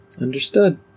Understood